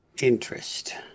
interest